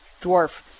dwarf